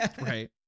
right